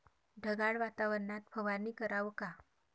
ढगाळ वातावरनात फवारनी कराव का?